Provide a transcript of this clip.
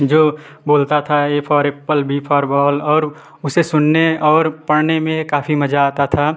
जो बोलता था A for apple B for ball और उसे सुनने और पढ़ने में काफी मजा आता था